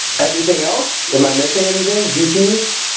everything else am i missing anything dps